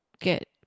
get